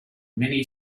many